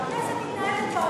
והכנסת מתנהלת,